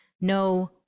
no